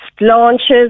launches